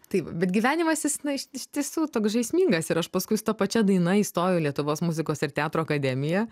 taip bet gyvenimas jis na iš iš tiesų toks žaismingas ir aš paskui su ta pačia daina įstojau į lietuvos muzikos ir teatro akademiją